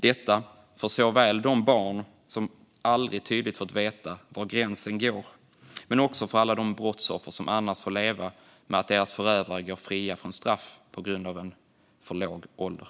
Det är för de barns skull som aldrig tydligt fått veta var gränsen går, men också för alla de brottsoffer som annars får leva med att deras förövare går fria från straff på grund av för låg ålder.